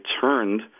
turned